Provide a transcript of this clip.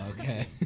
Okay